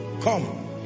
Come